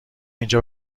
اینجا